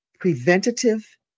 preventative